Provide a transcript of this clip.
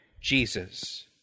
Jesus